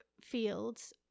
fields